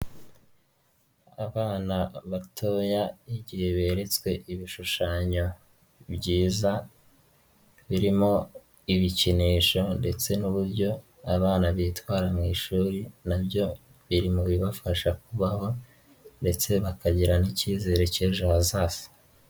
Abana batoya igihe beretswe ibishushanyo byiza birimo ibikinisho ndetse n'uburyo abana bitwara mu ishuri na byo biri mu bibafasha kubaho ndetse bakagira n'ikizere k'ejo hazaza.